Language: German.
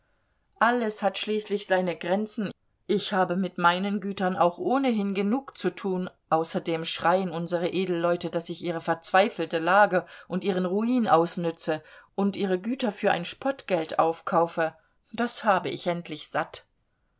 alles hat schließlich seine grenzen ich habe mit meinen gütern auch ohnehin genug zu tun außerdem schreien unsere edelleute daß ich ihre verzweifelte lage und ihren ruin ausnütze und ihre güter für ein spottgeld aufkaufe das habe ich endlich satt